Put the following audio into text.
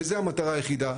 וזו המטרה היחידה.